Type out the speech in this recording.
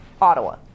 Ottawa